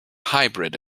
hybrid